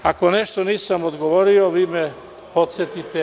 Ako nešto nisam odgovorio, vi me podsetite.